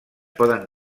poden